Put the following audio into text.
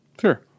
Sure